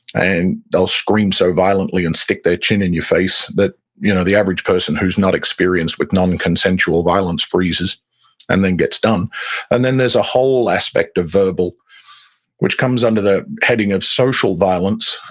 and they'll scream so violently and stick their chin in your face that you know the average person who's not experienced with non-consensual violence freezes and then gets done and then there's a whole aspect of verbal which comes under the heading of social violence.